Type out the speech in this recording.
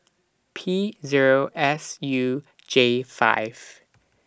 P Zero S U J five